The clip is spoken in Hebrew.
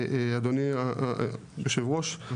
אדוני יושב הראש,